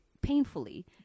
painfully